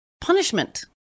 punishment